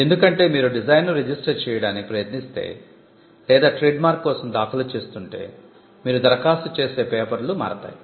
ఎందుకంటే మీరు డిజైన్ను రిజిస్టర్ చేయడానికి ప్రయత్నిస్తే లేదా ట్రేడ్మార్క్ కోసం దాఖలు చేస్తుంటే మీరు ధరఖాస్తు చేసే పేపర్లు మారతాయి